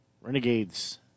Renegades